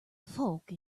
folk